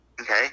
Okay